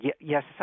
Yes